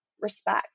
respect